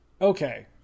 Okay